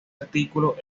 artículo